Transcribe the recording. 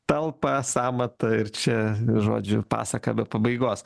talpą sąmatą ir čia žodžiu pasaka be pabaigos